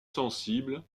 sensible